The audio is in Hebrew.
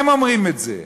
הם אומרים את זה.